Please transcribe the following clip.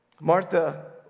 Martha